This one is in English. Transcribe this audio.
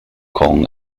kong